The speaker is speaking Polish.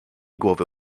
głowy